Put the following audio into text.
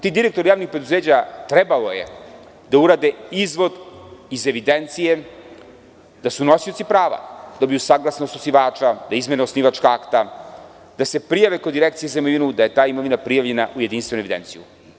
Ti direktori javnih preduzeća trebalo je da urade izvod iz evidencije da su nosioci prava, da dobiju saglasnost osnivača, da izmene osnivačka akta, da se prijave kod Direkcija za imovinu, da je ta imovina prijavljena u jedinstvenu evidenciju.